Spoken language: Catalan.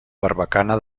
barbacana